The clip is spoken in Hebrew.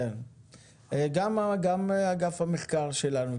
גם מרכז המחקר שלנו,